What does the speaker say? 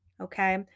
okay